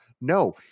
No